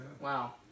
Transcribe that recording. Wow